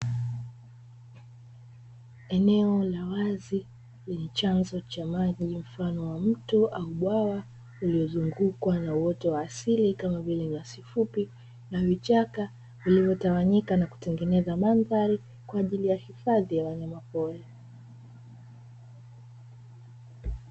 Eneo la wazi lenye chanzo cha maji mfano wa mto au bwawa, lililozungukwa na uoto wa asili kama vile nyaai fupi na vichaka vilivyotawanyika na kutengeneza mandhari kwa ajili ya hifadhi ya wanyamapori.